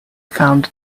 found